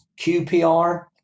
QPR